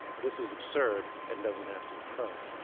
this is absurd and doesn't have to occur.